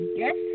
Yes